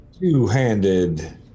Two-handed